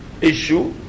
issue